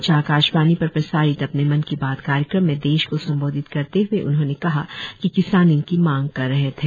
आज आकाशवाणी पर प्रसारित अपने मन की बात कार्यक्रम में देश को संबोधित करते हुए उन्होंने कहा कि किसान इनकी मांग कर रहे थे